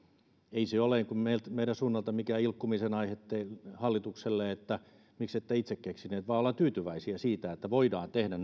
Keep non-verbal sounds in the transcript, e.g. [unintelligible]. ei se ole meidän suunnalta mikään ilkkumisen aihe hallitukselle että miksette itse keksineet vaan ollaan tyytyväisiä siitä että voidaan tehdä [unintelligible]